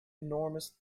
enormous